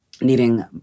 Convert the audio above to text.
needing